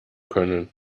können